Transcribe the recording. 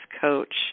Coach